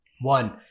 one